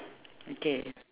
okay